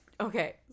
Okay